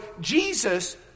Jesus